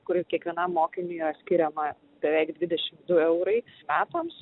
kurių kiekvienam mokiniui yra skiriama beveik dvidešim du eurai metams